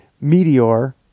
Meteor